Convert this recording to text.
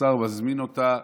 מזמין אותה